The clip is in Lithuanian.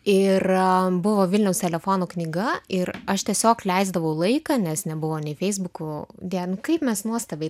ir buvo vilniaus telefonų knyga ir aš tiesiog leisdavau laiką nes nebuvo nei feisbukų die nu kaip mes nuostabiai